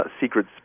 secret